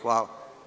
Hvala.